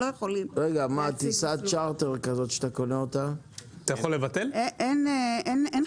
כשקונים טיסת צ'רטר --- אין חריג.